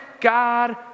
God